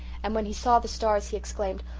and when he saw the stars he exclaimed,